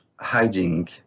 hiding